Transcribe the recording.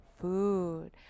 food